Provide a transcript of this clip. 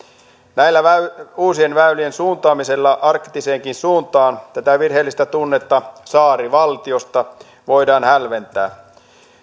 tällä uusien väylien suuntaamisella arktiseenkin suuntaan tätä virheellistä tunnetta saarivaltiosta voidaan hälventää